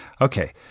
Okay